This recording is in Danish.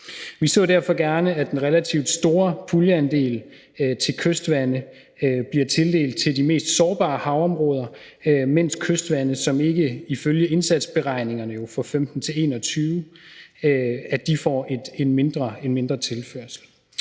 Vi så derfor gerne, at den relativt store puljeandel til kystvande bliver tildelt til de mest sårbare havområder, mens kystvande, som ikke ifølge indsatsberegningerne fra 2015-2021 er der, får en mindre tilførsel.